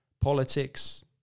politics